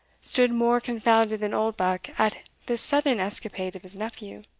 stood more confounded than oldbuck at this sudden escapade of his nephew.